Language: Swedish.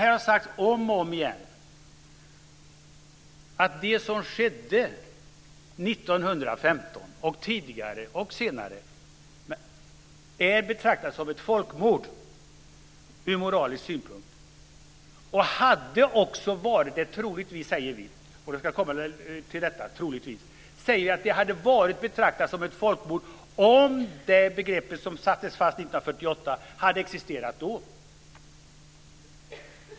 Här har sagts om och om igen att det som skedde 1915, och tidigare och senare, är att betrakta som ett folkmord ur moralisk synpunkt och hade troligtvis också varit att betrakta som ett folkmord, säger vi, om det begrepp som fastställdes 1948 hade existerat då.